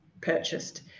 purchased